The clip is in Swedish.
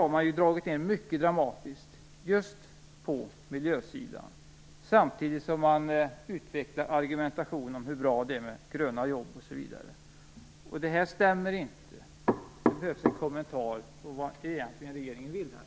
Man har gjort mycket dramatiska neddragningar just på miljöområdet. Samtidigt utvecklar man argumentationen om hur bra det är med gröna jobb. Det stämmer inte. Det behövs en kommentar. Vad vill regeringen egentligen?